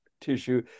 tissue